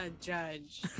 Judge